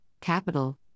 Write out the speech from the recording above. capital